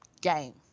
game